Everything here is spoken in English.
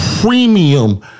premium